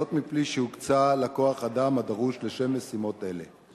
וזאת בלי שהוקצה לה כוח-האדם הדרוש לביצוע משימות אלה.